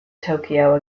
tokyo